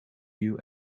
queue